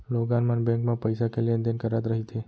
लोगन मन बेंक म पइसा के लेन देन करत रहिथे